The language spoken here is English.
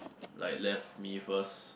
like left me first